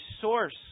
source